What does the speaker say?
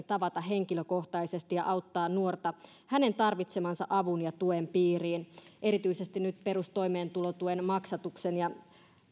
tavata henkilökohtaisesti ja auttaa nuorta hänen tarvitsemansa avun ja tuen piiriin erityisesti nyt perustoimeentulotuen maksatuksen ja